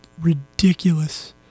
ridiculous